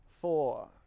four